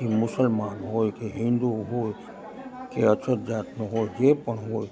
એ મુસલમાન હોય કે હિન્દુ હોય કે અછૂત જાતનો હોય જે પણ હોય